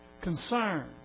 concern